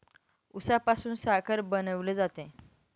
उसापासून साखर बनवली जाते